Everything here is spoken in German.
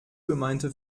gemeinte